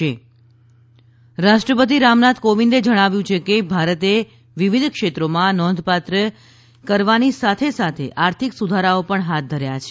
ે રાષ્ટ્રપતિ રામનાથ કોવિંદે જણાવ્યું છે કે ભારતે વિવિધ ક્ષેત્રોમાં નોંધપાત્ર પ્રગતિ કરવાની સાથે સાથે આર્થિક સુધારાઓ પણ હાથ ધર્યા છે